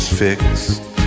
Fix